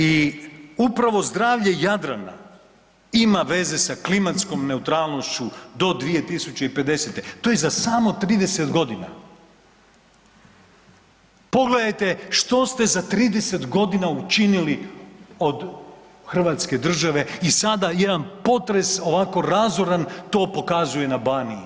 I upravo zdravlje Jadrana ima veze sa klimatskom neutralnošću do 2025., to je za samo 30 godina. pogledajte što ste za 30 g. učinili od hrvatske države i sada jedan potres ovako razoran to pokazuje na Baniji.